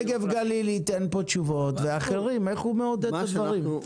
נגב גליל ייתן פה תשובות ואחרים איך הוא מעודד את הדברים.